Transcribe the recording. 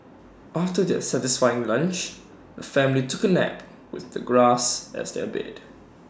after their satisfying lunch the family took A nap with the grass as their bed